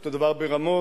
אותו דבר ברמות,